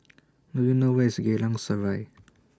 Do YOU know Where IS Geylang Serai